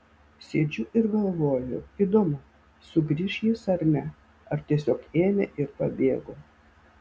sėdžiu ir galvoju įdomu sugrįš jis ar ne ar tiesiog ėmė ir pabėgo